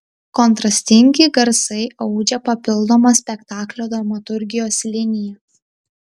kontrastingi garsai audžia papildomą spektaklio dramaturgijos liniją